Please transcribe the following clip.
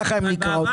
כך הן נקראות.